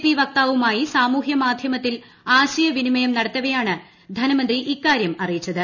P വക്താവുമായി സാമൂഹ്യമാധൃമുത്തിൽ ആശയവിനിമയം നടത്തവെയാണ് ധനമന്ത്രി ഇക്കാര്യം അറിയിച്ചത്